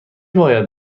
باید